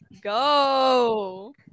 go